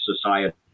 society